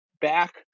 back